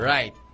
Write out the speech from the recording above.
Right